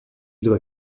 doit